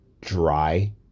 dry